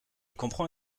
comprend